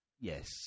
Yes